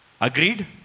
Agreed